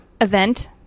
event